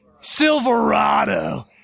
Silverado